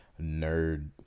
nerd